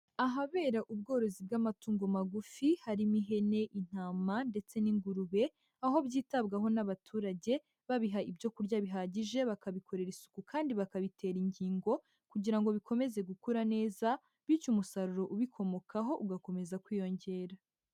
Ahabera ubworozi bw'amatungo magufi, harimo ihene, intama ndetse n'ingurube, aho byitabwaho n'abaturage babiha ibyo kurya bihagije, bakabikorera isuku kandi bakabitera inkingo, kugira ngo bikomeze gukura neza bityo umusaruro ubikomokaho ugakomeza kwiyongera.